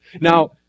Now